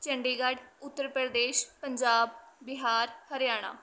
Chandigarh Uttar Pradesh Punjab Bihar Haryana